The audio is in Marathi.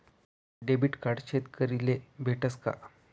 डेबिट कार्ड शेतकरीले भेटस का?